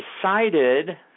decided